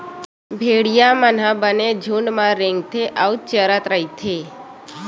भेड़िया मन ह बने झूंड म रेंगथे अउ चरत रहिथे